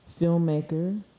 filmmaker